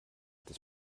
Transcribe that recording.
des